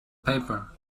paper